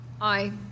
Aye